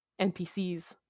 NPCs